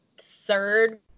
third